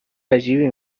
عجیبی